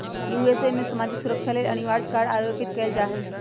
USA में सामाजिक सुरक्षा लेल अनिवार्ज कर आरोपित कएल जा हइ